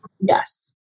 Yes